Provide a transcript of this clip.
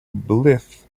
blyth